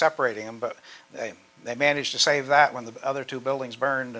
separating them but they managed to save that when the other two buildings burned